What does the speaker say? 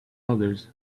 others